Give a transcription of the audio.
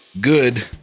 good